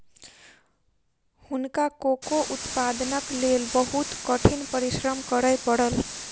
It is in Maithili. हुनका कोको उत्पादनक लेल बहुत कठिन परिश्रम करय पड़ल